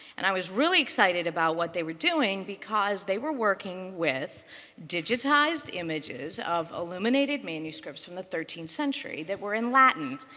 and i was really excited about what they were doing because they were working with digitized images of illuminative manuscripts from the thirteenth century that were in latin.